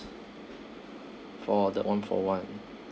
for the one for one